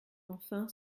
enfin